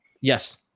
Yes